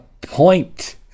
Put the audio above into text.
point